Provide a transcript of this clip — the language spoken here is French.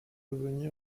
devenir